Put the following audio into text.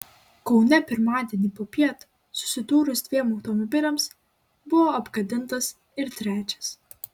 kaune pirmadienį popiet susidūrus dviem automobiliams buvo apgadintas ir trečias